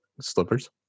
slippers